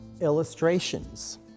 illustrations